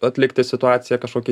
atlikti situaciją kažkokią